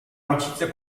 amicizia